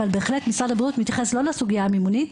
אבל בהחלט משרד הבריאות מתייחס לא לסוגייה המימונית,